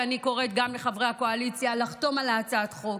ואני קוראת גם לחברי הקואליציה לחתום על הצעת החוק,